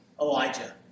Elijah